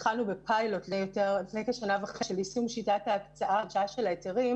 התחלנו בפיילוט לפני כשנה וחצי של יישום שיטת ההקצאה של ההיתרים